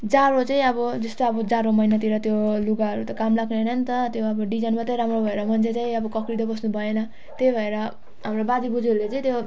जाडो चाहिँ अब जस्तो अब जाडो महिनातिर त्यो लुगाहरू त काम लाग्ने होइनन् त त्यो अब डिजाइन मात्रै राम्रो भएर मान्छे चाहिँ अब कक्रिँदै बस्नु भएन त्यही भएर हाम्रो बाजे बोजूहरूले चाहिँ त्यो